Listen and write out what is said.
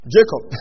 Jacob